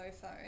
phone